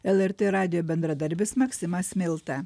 lrt radijo bendradarbis maksimas milta